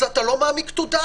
אז אתה לא מעמיק תודעה.